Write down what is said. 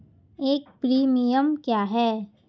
एक प्रीमियम क्या है?